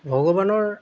ভগৱানৰ